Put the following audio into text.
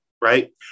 Right